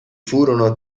furono